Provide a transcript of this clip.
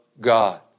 God